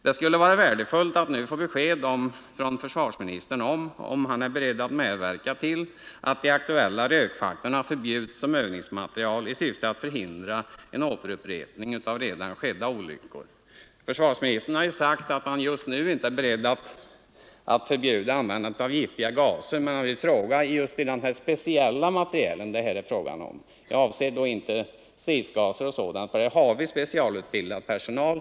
Det skulle vara värdefullt att nu få besked från försvarsministern om han är beredd medverka till att de aktuella rökfacklorna förbjuds som övningsmateriel i syfte att förhindra ett återupprepande av redan skedda olyckor. Försvarsministern har ju sagt att han inte just nu är beredd att förbjuda användandet av giftiga gaser, men min fråga gäller alltså den speciella materiel som det här är fråga om. Jag avser i detta sammanhang inte stridsgaser och liknande materiel, eftersom det härför finns specialutbildad personal.